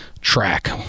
track